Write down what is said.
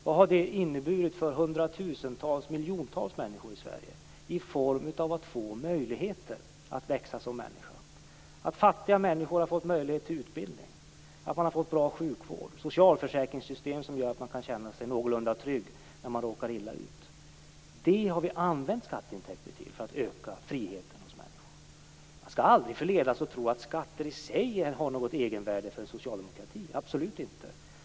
Vad har det inneburit för hundratusentals, ja, miljontals, personer i Sverige i form av att få möjligheter att växa som människa, att fattiga människor har fått möjlighet till utbildning och att man har fått bra sjukvård och socialförsäkringssystem som gör att man kan känna sig någorlunda trygg när man råkar illa ut? Vi har alltså använt skatteintäkter för att öka människors frihet. Man skall aldrig förledas att tro att skatter i sig har ett egenvärde för socialdemokratin; så är det absolut inte.